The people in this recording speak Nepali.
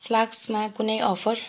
फ्लास्कमा कुनै अफर